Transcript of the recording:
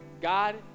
God